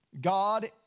God